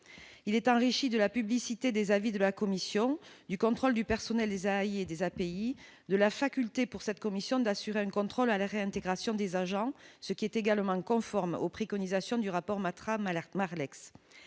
il est enrichi de la publicité des avis de la commission du contrôle du personnel des et des API de la faculté pour cette commission d'assurer une contrôle à la réintégration des agents, ce qui est également conforme aux préconisations du rapport Matra Malak